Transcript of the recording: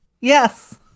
Yes